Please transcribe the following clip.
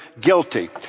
Guilty